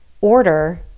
order